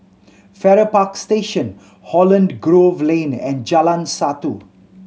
Farrer Park Station Holland Grove Lane and Jalan Satu